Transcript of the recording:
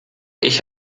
ich